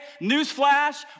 newsflash